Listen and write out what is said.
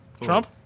Trump